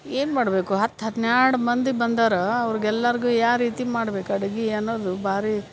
ಏನು ಮಾಡಬೇಕು ಹತ್ತು ಹನ್ನೆರಡು ಮಂದಿ ಬಂದಾರ ಅವ್ರಿಗೆಲ್ಲರಿಗೂ ಯಾವ ರೀತಿ ಮಾಡ್ಬೇಕು ಅಡ್ಗಿ ಅನ್ನೋದು ಭಾರಿ